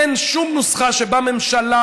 אין שום נוסחה שבה ממשלה,